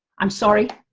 i'm sorry,